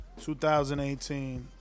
2018